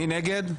מי נגד?